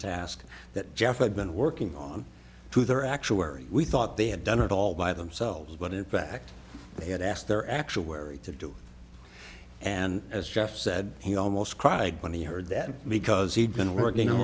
task that geoff had been working on to their actuary we thought they had done it all by themselves but in fact they had asked their actual wherry to do and as jeff said he almost cried when he heard that because he'd been working on